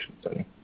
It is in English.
study